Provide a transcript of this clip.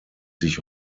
sich